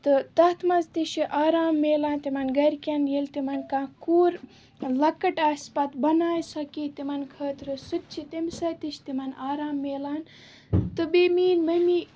تہٕ تَتھ منٛز تہِ چھُ آرام میلان تِمَن گَرِکٮ۪ن ییٚلہِ تِمَن کانٛہہ کوٗر لَکٕٹۍ آسہِ پَتہٕ بَنایہِ سۄ کیٚنٛہہ تِمَن خٲطرٕ سُہ تہِ چھُ تمہِ سۭتۍ تہِ چھِ تِمَن آرام میلان تہٕ بیٚیہِ میٛٲنۍ مٔمی